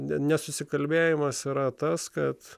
nesusikalbėjimas yra tas kad